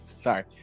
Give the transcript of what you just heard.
sorry